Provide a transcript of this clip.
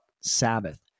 Sabbath